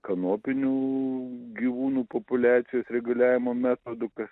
kanopinių gyvūnų populiacijos reguliavimo metodu kas